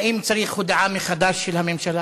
האם צריך הודעה מחדש של הממשלה,